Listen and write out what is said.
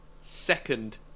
second